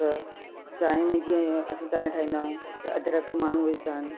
त चांहिं में जीअं असां चांहिं ठाहींदा आहियूं त अदरक माण्हू विझंदा आहिनि